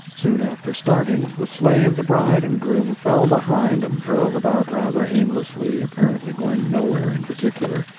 soon after starting, the sleigh of the bride and groom fell behind and drove about rather aimlessly, apparently going nowhere in particular.